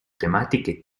tematiche